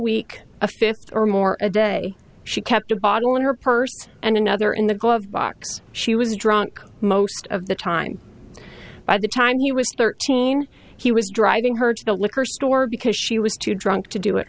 fifth or more a day she kept a bottle in her purse and another in the glove box she was drunk most of the time by the time he was thirteen he was driving her to the liquor store because she was too drunk to do it